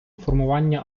формування